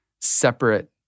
separate